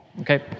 okay